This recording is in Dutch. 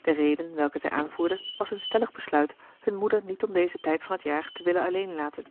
de reden welke zij aanvoerde was hun stellig besluit hun moeder niet om dezen tijd van het jaar te willen alleen laten